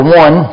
one